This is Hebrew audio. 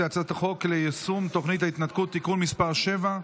הצעת החוק ליישום תוכנית ההתנתקות (תיקון מס' 7),